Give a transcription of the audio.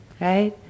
right